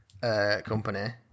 Company